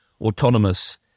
autonomous